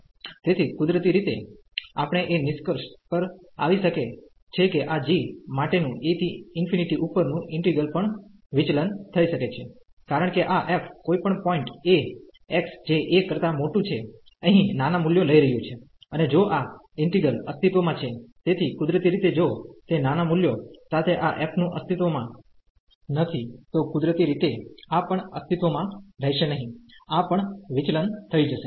તેથી કુદરતી રીતે આપણે એ નિષ્કર્ષ પર આવી શકે છે કે આ g માટે નું a થી ∞ ઉપરનું ઈન્ટિગ્રલ પણ વિચલન થઈ શકે છે કારણ કે આ f કોઈપણ પોઈન્ટ એ x જે a કરતા મોટું છે અહીં નાના મૂલ્યો લઈ રહ્યું છે અને જો આ ઈન્ટિગ્રલ અસ્તિત્વમાં છે તેથી કુદરતી રીતે જો તે નાના મૂલ્યો સાથે આ f નું અસ્તિત્વમાં નથી તો કુદરતી રીતે આ પણ અસ્તિત્વમાં રહેશે નહીં આ પણ વિચલન થઈ જશે